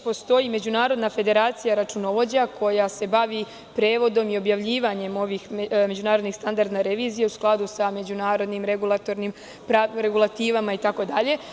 Postoji Međunarodna federacija računovođa koja se bavi prevodom i objavljivanjem ovih međunarodnih standarda revizije u skladu sa međunarodnim regulativama itd.